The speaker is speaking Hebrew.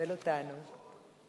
(תיקון מס' 9)